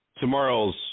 Tomorrow's